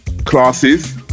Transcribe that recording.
Classes